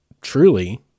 truly